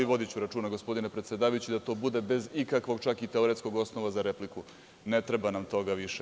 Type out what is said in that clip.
Vodiću računa, gospodine predsedavajući, da to bude bez ikakvog teoretskog osnova za repliku, ne treba nam toga više.